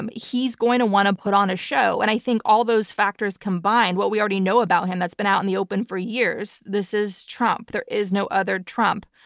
um he's going to want to put on a show. and i think all those factors combined, what we already know about him has been out in the open for years. this is trump. there is no other trump.